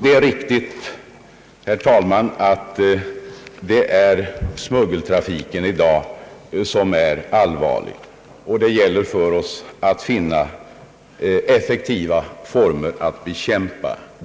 Det är riktigt, herr talman, att det är smuggeltrafiken i dag som är allvarlig, och det gäller för oss att finna effektiva former att bekämpa denna trafik.